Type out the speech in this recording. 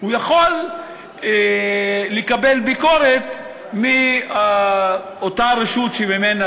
יכול לקבל ביקורת מאותה רשות שממנה